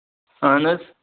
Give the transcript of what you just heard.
اَہَن حظ